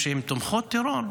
שהן תומכות טרור?